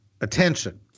attention